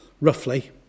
roughly